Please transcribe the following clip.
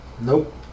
Nope